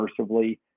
immersively